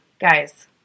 Guys